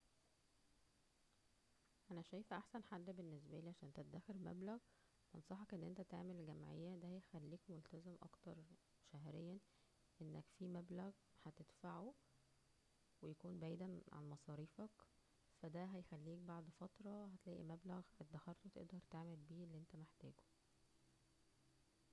انا شايفة احسن حل بالنسبالى عشان تدخر مبلغ ,انصحك ان انت تعمل جمعية, دا هيخليك ملتزم اكتر شهريا, انك فى مبلغ هتدفعه ويكون بعيدا عن مصاريفك فا دا هيخليك بعد فترة هتلاقلا مبلغ ادخرته تقدر تعمل بيه اللى انت محتاجه